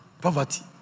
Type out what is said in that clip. Poverty